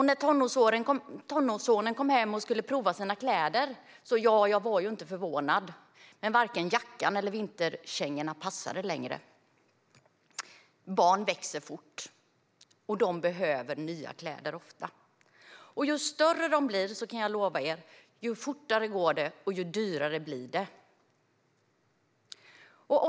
När tonårssonen kom hem och provade sina kläder var jag inte förvånad när varken jackan eller vinterkängorna längre passade. Barn växer fort och behöver nya kläder ofta. Ju större de blir, desto fortare går det och desto dyrare blir det, kan jag lova er.